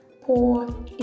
poor